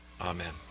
Amen